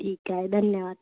ठीक आहे धन्यवाद